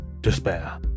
Despair